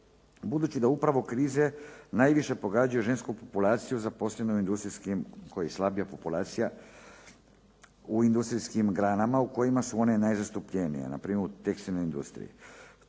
budući da upravo krize najviše pogađaju žensku populaciju zaposlenu u industrijskim koji slabija populacija u industrijskim granama u kojima su one najzastupljenije, na primjer u tekstilnoj industriji.